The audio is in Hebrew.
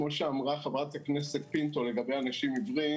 כמו שאמרה חברת הכנסת פינטו לגבי אנשים עיוורים